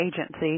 agency